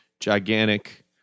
gigantic